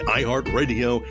iHeartRadio